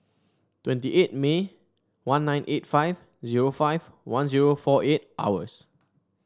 twenty eight May one nine eight five zero five one zero four eight hours